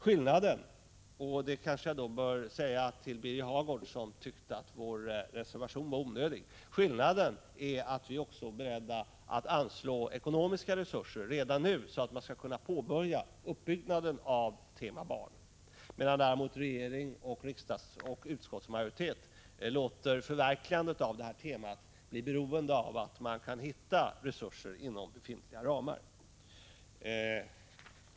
Skillnaden är — och det kanske jag bör säga till Birger Hagård, som tycker att vår reservation var onödig — att vi också är beredda att anslå ekonomiska resurser redan nu, så att man skall kunna påbörja uppbyggnaden av tema Barn, medan däremot regering och utskottsmajoritet låter förverkligandet av denna temaforskning bli beroende av att man kan hitta resurser inom befintliga ramar.